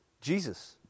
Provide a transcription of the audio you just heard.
Jesus